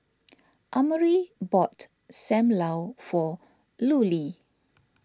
Amare bought Sam Lau for Lulie